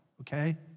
okay